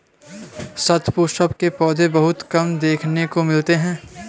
शतपुष्प के पौधे बहुत कम देखने को मिलते हैं